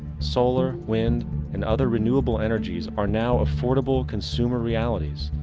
solar, wind and other renewable energies are now affordable consumer realities,